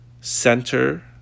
center